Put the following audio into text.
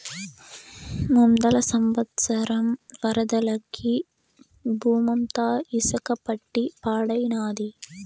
ముందల సంవత్సరం వరదలకి బూమంతా ఇసక పట్టి పాడైనాది